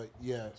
Yes